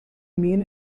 mean